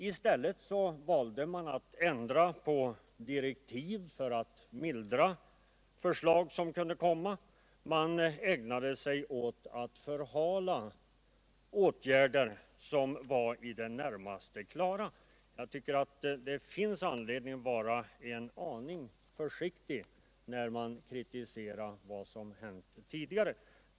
I stället valde man att ändra direktiv för att mildra förslag som kunde komma, och man ägnade sig åt att förhala åtgärder som var i det närmaste klara. Det finns därför anledning att vara en aning försiktig när man kritiserar vad som hänt tidigare.